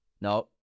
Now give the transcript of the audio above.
No